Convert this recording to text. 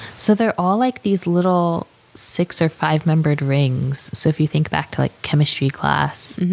so, they're all, like, these little six or five-membered rings. so, if you think back to like chemistry class,